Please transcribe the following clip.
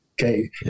Okay